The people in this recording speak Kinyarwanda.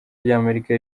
ry’amerika